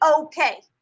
okay